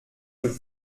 aux